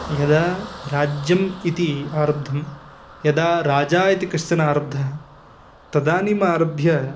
यदा राज्यम् इति आरब्धं यदा राजा इति कश्चन आरब्धः तदानीम् आरभ्य